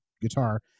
guitar